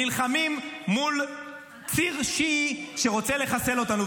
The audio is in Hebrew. נלחמים מול ציר שיעי שרוצה לחסל אותנו.